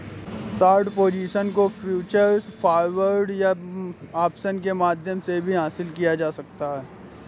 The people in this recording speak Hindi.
शॉर्ट पोजीशन को फ्यूचर्स, फॉरवर्ड्स या ऑप्शंस के माध्यम से भी हासिल किया जाता है